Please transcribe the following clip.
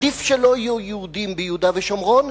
עדיף שלא יהיו יהודים ביהודה ושומרון,